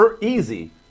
easy